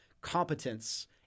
competence